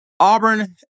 Auburn